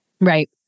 Right